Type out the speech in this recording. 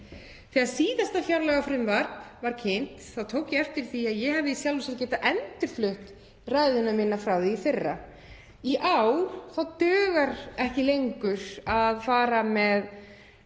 Þegar síðasta fjárlagafrumvarp var kynnt þá tók ég eftir því að ég hefði í sjálfu sér getað endurflutt ræðu mína frá árinu áður. Í ár dugar ekki lengur að fara með